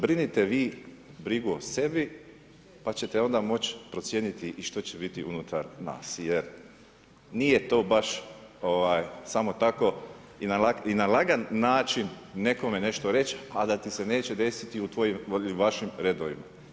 Brinite vi brigu o sebi pa ćete onda moć procijeniti i što će biti unutar nas jer nije to baš samo tako i na lagan način nekome nešto reć, a da ti se neće desiti i u vašim redovima.